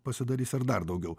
pasidarys ir dar daugiau